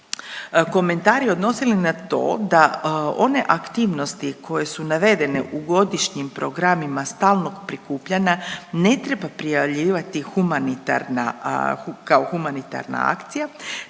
komentari odnosili na to da one aktivnosti koje su navedene u godišnjim programima stalnog prikupljanja ne treba prijavljivati humanitarna, kao